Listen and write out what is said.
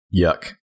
Yuck